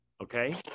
okay